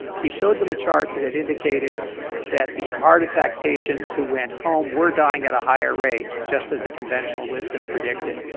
he showed them a chart that had indicated that the heart attack patients who went home were dying at a higher rate, just as the conventional wisdom predicted.